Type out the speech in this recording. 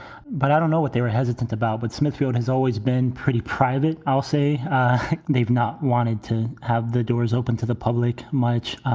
but i don't know what they were hesitant about. but smithfield has always been pretty private. i'll say they've not wanted to have the doors open to the public much.